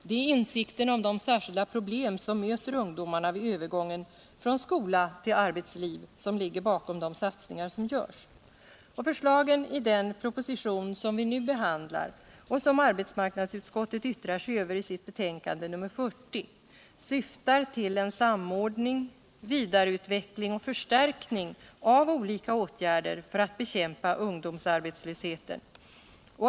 Det är insikten om de särskilda problem som möter ungdomarna vid övergången från skola till arbetsliv som ligger bakom de satsningar som gÖrS. Förslagen i den proposition som vi nu behandlar och som arbetsmarknadsutskottet yttrar sig över I sitt betänkande nr 40 syftar till cen samordning, vidareutveckling och förstärkning av olika åtgärder för att bekämpa ungdomsarbetslösheten.